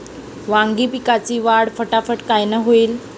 वांगी पिकाची वाढ फटाफट कायनं होईल?